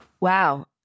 Wow